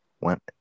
went